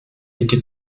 était